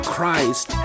Christ